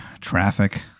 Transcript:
traffic